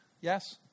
Yes